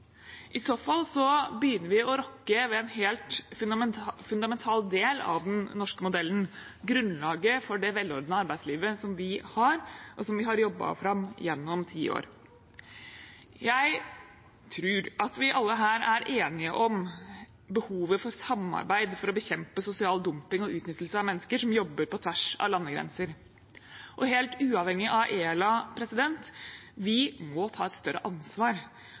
I så fall begynner vi å rokke ved en helt fundamental del av den norske modellen, grunnlaget for det velordnede arbeidslivet som vi har, og som vi har jobbet fram gjennom tiår. Jeg tror at vi alle her er enige om behovet for samarbeid for å bekjempe sosial dumping og utnyttelse av mennesker som jobber på tvers av landegrenser. Helt uavhengig av ELA må vi ta et større ansvar